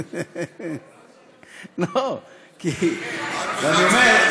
אני אומר,